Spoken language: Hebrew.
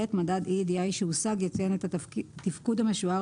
מדד EEDI שהושג יציין את התפקוד המשוער